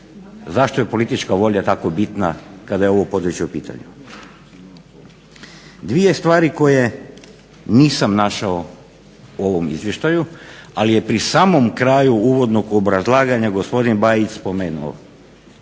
zašto je politička volja tako bitna kada je ovo područje u pitanju. Dvije stvari koje nisam našao u ovom izvještaju ali je pri samom kraju uvodnog obrazlaganja gospodin Bajić spomenuo